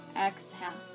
Exhale